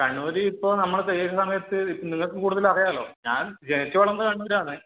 കണ്ണൂർ ഇപ്പോൾ നമ്മുടെ തെയ്യത്തിൻ്റെ സമയത്ത് നിങ്ങൾക്ക് കൂടുതൽ അറിയാമല്ലോ ഞാൻ ജനിച്ച് വളർന്നത് കണ്ണൂരാണ്